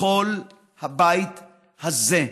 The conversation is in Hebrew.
לכל הבית הזה: